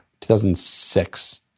2006